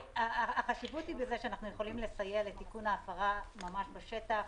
החשיבות היא בזה שאנחנו יכולים לסייע לתיקון ההפרה ממש בשטח